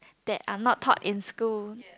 that are not taught in school